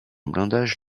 blindage